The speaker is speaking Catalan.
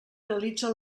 realitza